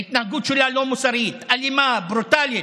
ההתנהגות שלה לא מוסרית, אלימה, ברוטלית.